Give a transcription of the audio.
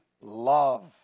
love